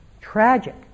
tragic